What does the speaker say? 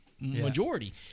majority